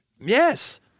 yes